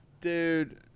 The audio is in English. Dude